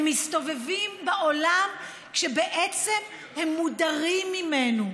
הם מסתובבים בעולם כשבעצם הם מודרים ממנו.